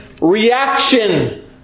reaction